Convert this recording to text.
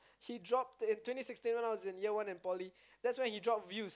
he dropped in twenty sixteen when I was in year one in poly that's when he dropped views